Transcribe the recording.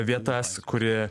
vietas kuri